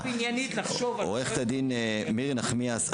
עורכת הדין מירי נחמיאס,